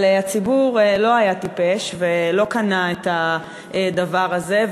אבל הציבור לא היה טיפש ולא קנה את הדבר הזה,